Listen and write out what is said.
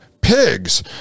pigs